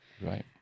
Right